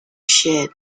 shed